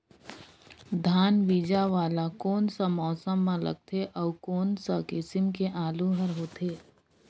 धान बीजा वाला कोन सा मौसम म लगथे अउ कोन सा किसम के आलू हर होथे?